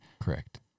correct